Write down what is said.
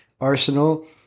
arsenal